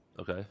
Okay